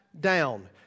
down